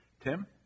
Tim